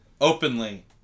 openly